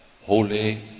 holy